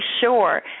sure